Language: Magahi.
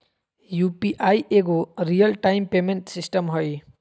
यु.पी.आई एगो रियल टाइम पेमेंट सिस्टम हइ